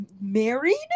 married